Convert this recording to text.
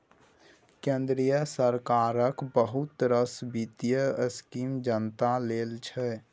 केंद्र सरकारक बहुत रास बित्तीय स्कीम जनता लेल छै